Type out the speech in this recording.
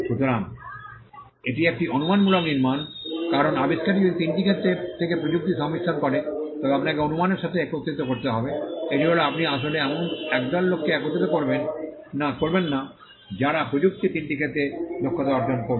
সুতরাং এটি একটি অনুমানমূলক নির্মাণ কারণ আবিষ্কারটি যদি তিনটি ক্ষেত্র থেকে প্রযুক্তির সংমিশ্রণ করে তবে আপনাকে অনুমানের সাথে একত্রিত করতে হবে এটি হল আপনি আসলে এমন একদল লোককে একত্রিত করবেন না যারা প্রযুক্তির তিনটি ক্ষেত্র থেকে দক্ষতা অর্জন করব